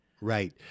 Right